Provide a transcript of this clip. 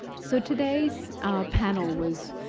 so today's panel was,